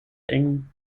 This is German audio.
eng